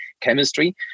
chemistry